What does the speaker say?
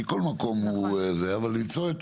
כי כל מקום הוא לא באמת טוב.